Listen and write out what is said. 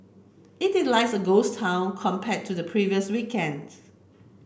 it is like a ghost town compare to the previous weekends